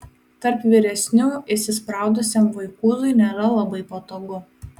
tarp vyresnių įsispraudusiam vaikūzui nėra labai patogu